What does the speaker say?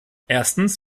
erstens